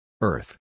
Earth